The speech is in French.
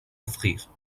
offrir